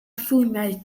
ffilmiau